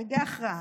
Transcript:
ברגעי הכרעה.